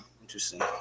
interesting